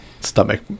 stomach